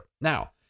Now